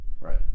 right